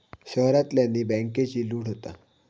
शहरांतल्यानी बॅन्केची लूट होता